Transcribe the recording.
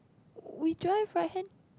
we drive right hand